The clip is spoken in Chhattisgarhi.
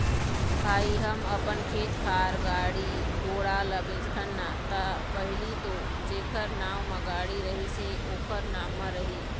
भई हम अपन खेत खार, गाड़ी घोड़ा ल बेचथन ना ता पहिली तो जेखर नांव म गाड़ी रहिस हे ओखरे नाम म रही